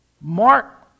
Mark